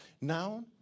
Now